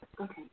Okay